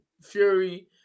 Fury